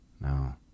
no